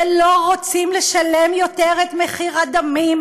ולא רוצים לשלם יותר את מחיר הדמים,